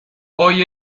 hoy